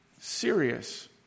serious